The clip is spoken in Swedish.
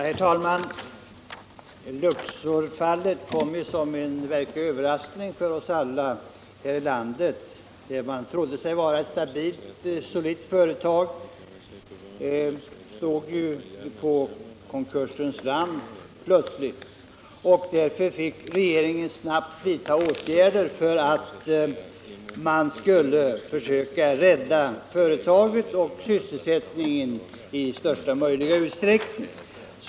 Herr talman! Luxorfallet kom ju som en verklig överraskning för oss alla här i landet. Man trodde att Luxor Industri AB var ett solitt företag, men det visade sig plötsligt stå på konkursens rand. Därför fick regeringen snabbt vidta åtgärder för att försöka rädda företaget och i största möjliga utsträckning sysselsättningen vid detta.